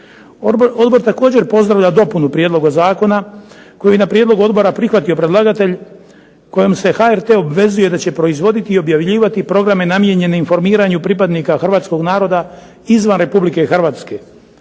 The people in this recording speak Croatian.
Odbor također pozdravlja dopunu Prijedloga zakona koji na prijedlog Odbora prihvatio predlagatelj kojom se HRT obvezuje da će proizvoditi i objavljivati programe namijenjene informiranju pripadnika Hrvatskog naroda izvan Republike Hrvatske,